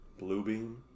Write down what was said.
Bluebeam